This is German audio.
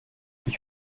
ich